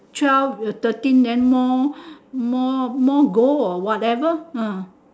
twelve thirteen then more more gold or whatever